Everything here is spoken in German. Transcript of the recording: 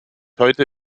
heute